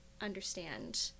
understand